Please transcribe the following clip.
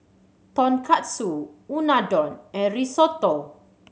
Tonkatsu Unadon and Risotto